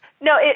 No